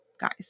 guys